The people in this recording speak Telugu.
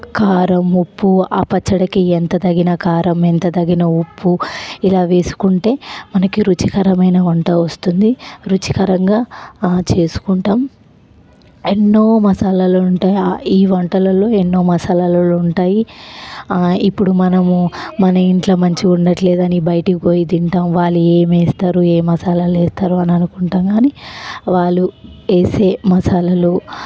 కారం ఉప్పు ఆ పచ్చడికి ఎంత తగ్గిన కారం ఎంత తగిన ఉప్పు ఇలా వేసుకుంటే మనకి రుచికరమైన వంట వస్తుంది రుచికరంగా చేసుకుంటాం ఎన్నో మసాలాలు ఉంటాయి ఈ వంటలలో ఎన్నో మసాలాలు ఉంటాయి ఇప్పుడు మనము మన ఇంట్లో మంచి ఉండట్లేదని బయటికి పోయి తింటాం వాళ్ళు ఏమి ఇస్తారు ఏ మసాలాలు వేస్తాం అని అనుకుంటాము కానీ వాళ్ళు వేసే మసాలాలు